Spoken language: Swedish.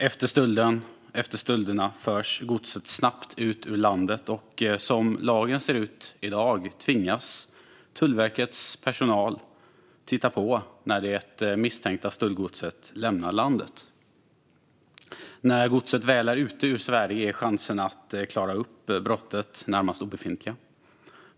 Efter stölderna förs godset snabbt ut ur landet, och som lagen ser ut i dag tvingas Tullverkets personal titta på när det misstänkta stöldgodset lämnar landet. När godset väl är ute ur Sverige är chansen att klara upp brottet närmast obefintlig.